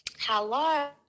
Hello